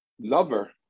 lover